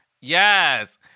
Yes